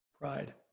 Pride